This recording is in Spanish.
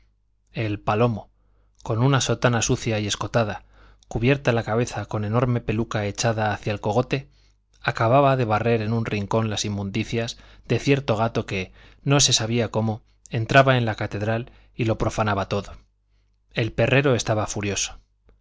el palomo con una sotana sucia y escotada cubierta la cabeza con enorme peluca echada hacia el cogote acababa de barrer en un rincón las inmundicias de cierto gato que no se sabía cómo entraba en la catedral y lo profanaba todo el perrero estaba furioso